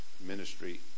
ministry